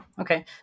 okay